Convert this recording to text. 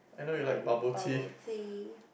I like bubble tea